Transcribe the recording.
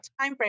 timeframe